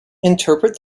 interpret